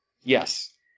Yes